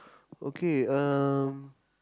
okay um